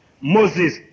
Moses